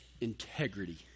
integrity